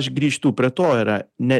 aš grįžtu prie to yra ne